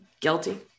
guilty